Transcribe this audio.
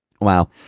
wow